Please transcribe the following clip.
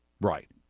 Right